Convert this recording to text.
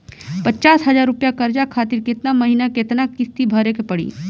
पचास हज़ार रुपया कर्जा खातिर केतना महीना केतना किश्ती भरे के पड़ी?